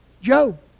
Job